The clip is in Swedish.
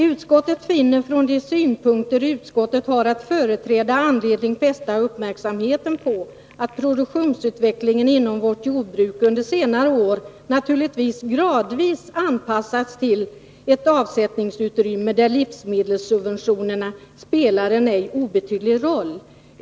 ”Utskottet finner från de synpunkter utskottet har att företräda anledning fästa uppmärksamheten på att produktionsutvecklingen inom vårt jordbruk under senare år naturligtvis gradvis anpassats till ett avsättningsutrymme där livsmedelssubventionerna spelar en ej obetydlig roll.